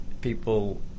people